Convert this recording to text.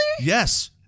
Yes